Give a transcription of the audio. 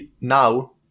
now